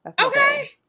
Okay